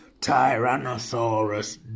Tyrannosaurus